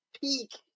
peak